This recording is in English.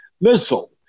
missile